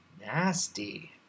Nasty